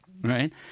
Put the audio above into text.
right